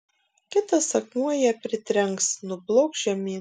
kitas akmuo ją pritrenks nublokš žemyn